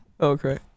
Okay